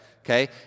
okay